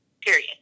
period